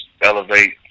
elevate